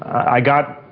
i got,